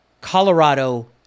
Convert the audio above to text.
Colorado